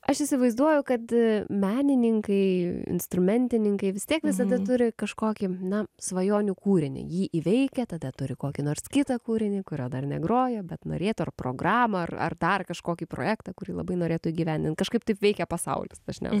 aš įsivaizduoju kad menininkai instrumentininkai vis tiek visada turi kažkokį na svajonių kūrinį jį įveikia tada turi kokį nors kitą kūrinį kurio dar negroja bet norėtų ar programą ar ar dar kažkokį projektą kurį labai norėtų įgyvendinti kažkaip taip veikia pasaulis dažniausiai